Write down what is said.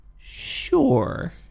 sure